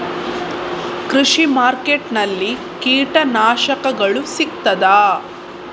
ಕೃಷಿಮಾರ್ಕೆಟ್ ನಲ್ಲಿ ಕೀಟನಾಶಕಗಳು ಸಿಗ್ತದಾ?